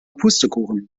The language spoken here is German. pustekuchen